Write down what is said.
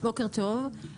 בוקר טוב.